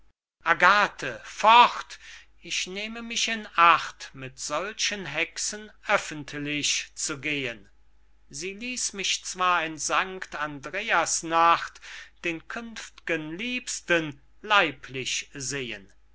agathe fort ich nehme mich in acht mit solchen hexen öffentlich zu gehen sie ließ mich zwar in sanct andreas nacht den künftgen liebsten leiblich sehen